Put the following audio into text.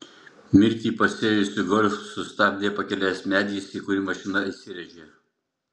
mirtį pasėjusį golf sustabdė pakelės medis į kurį mašina įsirėžė